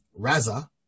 Raza